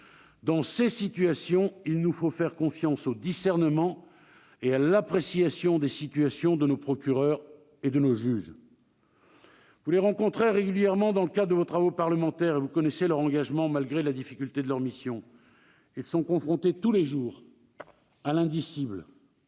Dans ces cas, il nous faut faire confiance au discernement et à l'appréciation des situations par les procureurs et par les juges. Vous les rencontrez régulièrement dans le cadre de vos travaux parlementaires, et vous connaissez leur engagement malgré la difficulté de leur mission : ils sont confrontés tous les jours à l'indicible